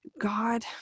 god